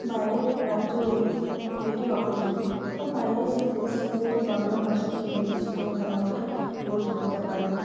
বাইরের রাজ্যগুলিতে সেটি অপ্রচলিত বা বাইরের যে দেশ সেখানে তো বাংলা ভাষা কী জিনিস সেটাই তারা অতটা বুঝে উঠতে পারে না